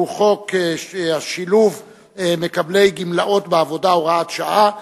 הוא הצעת חוק שילוב מקבלי גמלאות בעבודה (הוראת שעה),